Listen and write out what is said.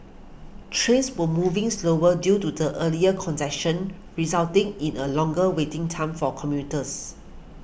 trains were moving slower due to the earlier congestion resulting in a longer waiting time for commuters